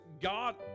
God